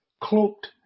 cloaked